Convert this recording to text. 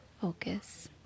Focus